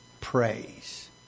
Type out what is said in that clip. praise